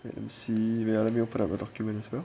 wait let me wait let me open the documents as well